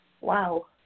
Wow